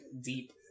deep